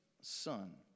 son